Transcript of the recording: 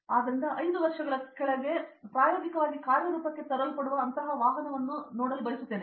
ಆದ್ದರಿಂದ 5 ವರ್ಷಗಳ ಕೆಳಗೆ ಲೈನ್ ಪ್ರಾಯೋಗಿಕವಾಗಿ ಕಾರ್ಯರೂಪಕ್ಕೆ ತರಲ್ಪಟ್ಟಿರುವ ಆ ವಿಷಯವನ್ನು ಇಲ್ಲಿ ನಾನು ತೆಗೆದುಕೊಳ್ಳುತ್ತಿದ್ದೇನೆ